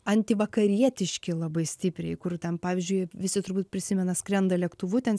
antivakarietiški labai stipriai kur ten pavyzdžiui visi turbūt prisimena skrenda lėktuvu ten